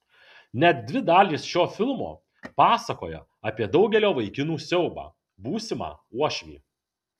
net dvi dalys šio filmo pasakoja apie daugelio vaikinų siaubą būsimą uošvį